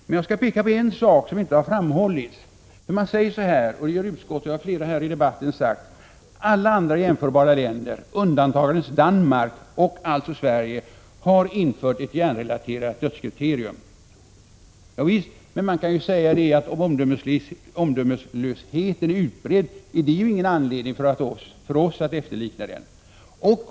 Men jag vill peka på en sak som inte har framhållits. Utskottet och flera deltagare i debatten har sagt att alla andra jämförbara länder, undantagandes Danmark, och Sverige, har infört ett hjärnrelaterat dödskriterium. Javisst, men även om omdömeslösheten är utbredd är det ingen anledning för oss att efterlikna den.